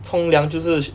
冲凉就是